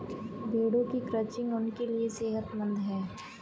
भेड़ों की क्रचिंग उनके लिए सेहतमंद है